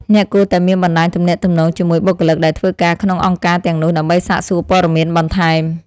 អ្នកគួរតែមានបណ្តាញទំនាក់ទំនងជាមួយបុគ្គលិកដែលធ្វើការក្នុងអង្គការទាំងនោះដើម្បីសាកសួរព័ត៌មានបន្ថែម។